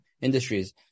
industries